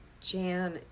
Jan